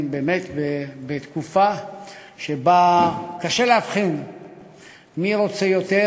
באמת בתקופה שבה קשה לאבחן מי רוצה יותר,